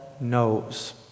knows